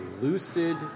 lucid